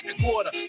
quarter